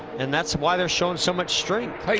and that's why they are showing so much strength.